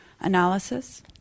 analysis